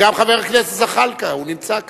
גם חבר הכנסת זחאלקה, הוא נמצא כאן.